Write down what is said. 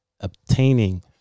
obtaining